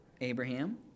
Abraham